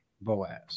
Boaz